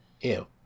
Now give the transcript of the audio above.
ew